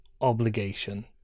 obligation